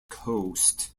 coast